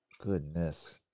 Goodness